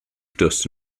dust